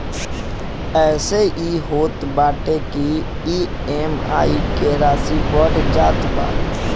एसे इ होत बाटे की इ.एम.आई के राशी बढ़ जात बा